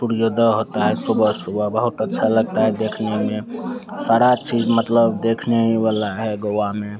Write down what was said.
सूर्योदय होता है सुबह सुबह बहुत अच्छा लगता है देखने में सारा चीज़ मतलब देखने ही वाला है गोवा में